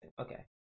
Okay